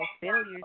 failures